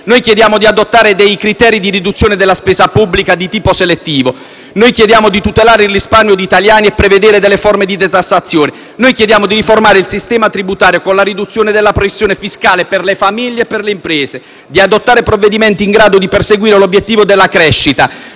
Noi chiediamo di adottare dei criteri di riduzione della spesa pubblica di tipo selettivo. Noi chiediamo di tutelare il risparmio degli italiani e prevedere delle forme di detassazione. Noi chiediamo di riformare il sistema tributario con la riduzione della pressione fiscale per le famiglie e per le imprese e di adottare provvedimenti in grado di perseguire l'obiettivo della crescita.